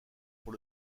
pour